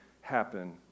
happen